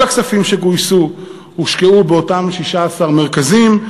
כל הכספים שגויסו הושקעו באותם 16 מרכזים.